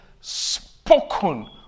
spoken